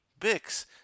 bix